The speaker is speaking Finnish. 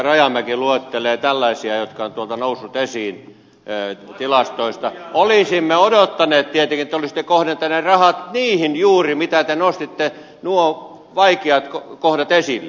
rajamäki luettelee tällaisia jotka ovat tuolta tilastoista nousseet esiin olisimme odottaneet tietenkin että te olisitte kohdentaneet rahat juuri niihin mitkä te nostitte nuo vaikeat kohdat esille